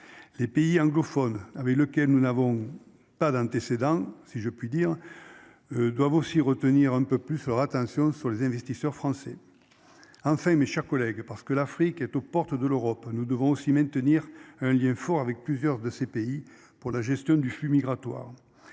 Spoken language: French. Les pays anglophones, avec lequel nous n'avons pas d'antécédent, si je puis dire. Doivent aussi retenir un peu plus fort. Attention sur les investisseurs français. Enfin, mes chers collègues parce que l'Afrique est aux portes de l'Europe, nous devons aussi maintenir un lien fort avec plusieurs de ces pays pour la gestion du flux migratoire.